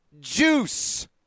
juice